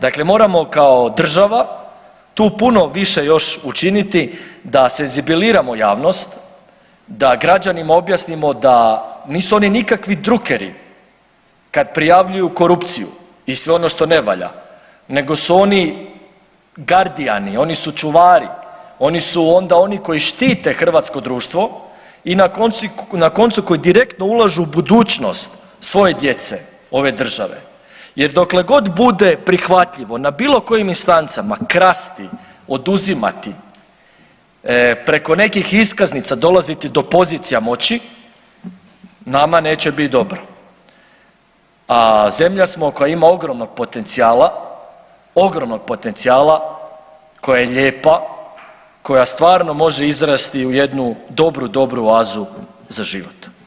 Dakle, moramo kao država tu puno više još učiniti da senzibiliziramo javnost, da građanima objasnimo da nisu oni nikakvi drukeri kad prijavljuju korupciju i sve ono što ne valja nego su oni gardijani, oni su čuvari, oni su onda oni koji štite hrvatsko društvo i na koncu koji direktno ulažu u budućnost svoje djece ove države jer dokle god bude prihvatljivo na bilo kojim instancama krasti, oduzimati, preko nekih iskaznica dolaziti do pozicija moći nama neće bit dobro, a zemlja smo koja ima ogromnog potencijala, ogromnog potencijala, koja je lijepa, koja stvarno može izrasti u jednu dobru, dobru oazu za život.